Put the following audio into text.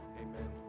amen